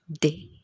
day